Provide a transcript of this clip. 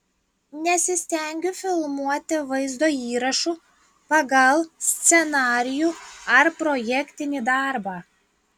nesistengiu filmuoti vaizdo įrašų pagal scenarijų ar projektinį darbą